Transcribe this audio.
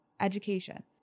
education